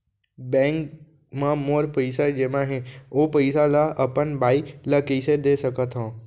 Bank म मोर पइसा जेमा हे, ओ पइसा ला अपन बाई ला कइसे दे सकत हव?